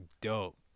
dope